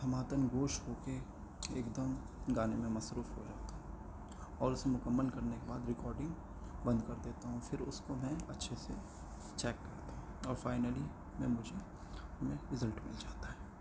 ہمہ تن گوش ہو کے ایک دم گانے میں مصروف ہو جاتا ہوں اور اسے مکمل کرنے کے بعد ریکارڈنگ بند کر دیتا ہوں پھر اس کو میں اچھے سے چیک کرتا ہوں اور فائنلی میں مجھے میں رزلٹ مل جاتا ہے